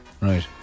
Right